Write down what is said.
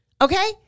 okay